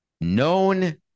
known